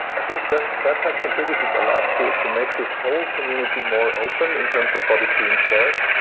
i think that that has contributed a lot to to make this whole community more open in terms of what is being shared,